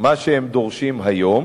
מה שהם דורשים היום,